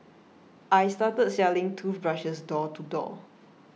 I started selling toothbrushes door to door